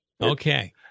Okay